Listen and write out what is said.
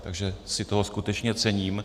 Takže si toho skutečně cením.